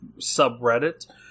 subreddit